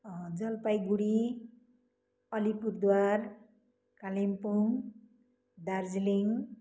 Jalpaiguri Alipurduar Kalimpong Darjeeling